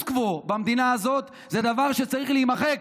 קוו במדינה הזאת זה דבר שצריך להימחק.